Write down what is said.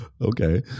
Okay